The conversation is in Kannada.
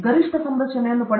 5 ವ್ಯಾಟ್ಗಳು ಕೆಲವು ಹೀಟರ್ ಇದು 1